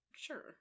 sure